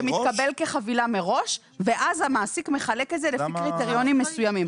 זה מתקבל כחבילה מראש ואז המעסיק מחלק את זה לפי קריטריונים מסוימים.